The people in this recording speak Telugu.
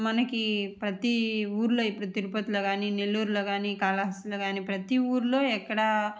మనకి ప్రతి ఊరిలో ఇప్పుడు తిరుపతిలో కాని నెల్లూర్లో కాని కాళహస్తిలో కాని ప్రతి ఊరిలో ఎక్కడ